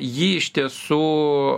ji iš tiesų